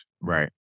Right